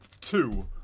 two